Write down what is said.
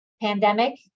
pandemic